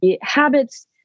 habits